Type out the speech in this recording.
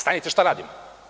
Stanite, šta radimo?